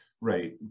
Right